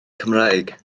cymraeg